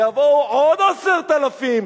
יבואו עוד 10,000,